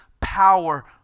power